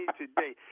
today